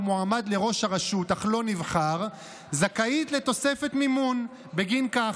מועמד לראש הרשות אך לא נבחר זכאית לתוספת מימון בגין כך,